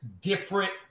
different